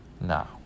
no